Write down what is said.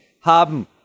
haben